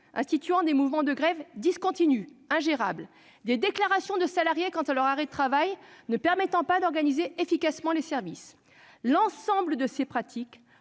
instaurer des mouvements de grève discontinus ingérables. Je pense enfin aux déclarations de salariés quant à leur arrêt de travail ne permettant pas d'organiser efficacement les services. L'ensemble de ces pratiques